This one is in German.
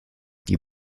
die